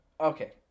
Okay